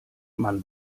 man